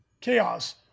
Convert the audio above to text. chaos